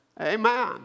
Amen